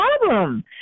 problem